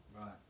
Right